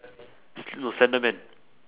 sl~ no slender man